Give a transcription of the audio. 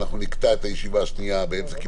אנחנו נקטע את הישיבה השנייה באמצע.